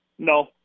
No